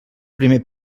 primer